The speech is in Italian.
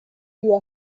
più